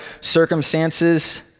circumstances